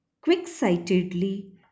Quick-sightedly